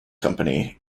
company